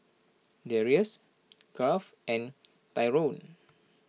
Darrius Garth and Tyrone